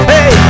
Hey